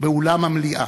באולם המליאה,